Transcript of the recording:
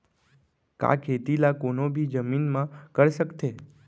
का खेती ला कोनो भी जमीन म कर सकथे?